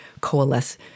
coalesce